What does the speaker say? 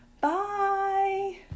Bye